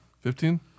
Fifteen